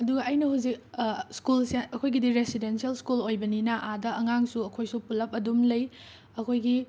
ꯑꯗꯨꯒ ꯑꯩꯅ ꯍꯧꯖꯤꯛ ꯁ꯭ꯀꯜꯁꯦ ꯑꯩꯈꯣꯏꯒꯤꯗꯤ ꯔꯦꯁꯤꯗꯦꯟꯁꯤꯌꯦꯜ ꯁ꯭ꯀꯨꯜ ꯑꯣꯏꯕꯅꯤꯅ ꯑꯥꯗ ꯑꯉꯥꯡꯁꯨ ꯑꯩꯈꯣꯏꯁꯨ ꯄꯨꯜꯂꯞ ꯑꯗꯨꯝ ꯂꯩ ꯑꯩꯈꯣꯏꯒꯤ